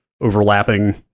overlapping